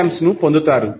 42mA ను పొందుతారు